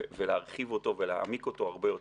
להרחיב אותו ולהעמיק אותו הרבה יותר.